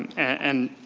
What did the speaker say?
and